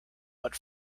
but